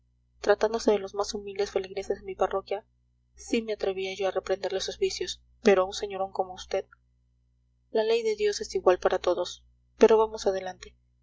tratándose de los más humildes feligreses de mi parroquia sí me atrevía yo a reprenderles sus vicios pero a un señorón como usted la ley de dios es igual para todos pero vamos adelante